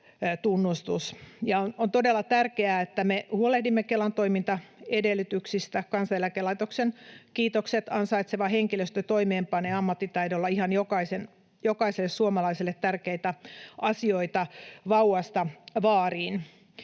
On todella tärkeää, että me huolehdimme Kelan toimintaedellytyksistä. Kansaneläkelaitoksen kiitokset ansaitseva henkilöstö toimeenpanee ammattitaidolla ihan jokaiselle suomalaiselle tärkeitä asioita vauvasta vaariin.